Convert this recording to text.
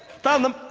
found them.